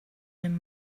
him